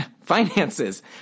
finances